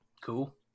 Cool